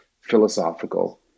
philosophical